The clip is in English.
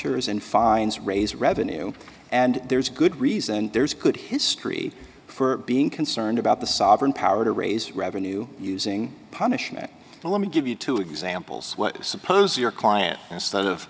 is in fines raise revenue and there's good reason there's good history for being concerned about the sovereign power to raise revenue using punishment but let me give you two examples suppose your client instead of